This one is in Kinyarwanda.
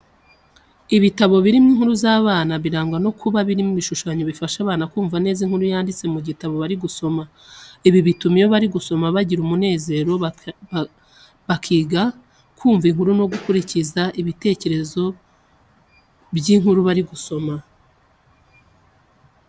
Ibitabo birimo inkuru z'abana birangwa no kuba birimo ibishushanyo bifasha abana kumva neza inkuru yanditse mu gitabo bari gusoma. Ibi bituma iyo bari gusoma bagira umunezero, bakiga kumva inkuru no gukurikira igitekerezo cy’inkuru bari gusoma.